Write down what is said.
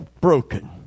broken